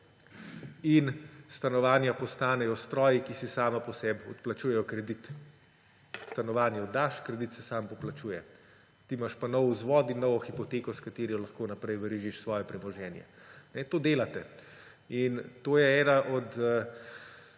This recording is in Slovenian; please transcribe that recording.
in stanovanja postanejo stroji, ki si sama po sebi odplačujejo kredit. Stanovanje oddaš, kredit se sam poplačuje, ti imaš pa nov vzvod in novo hipoteko, s katero lahko naprej verižiš svoje premoženje. To delate. To je ena od